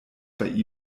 bei